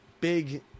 big